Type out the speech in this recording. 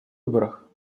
выборах